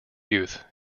youth